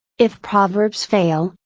if proverbs fail,